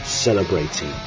Celebrating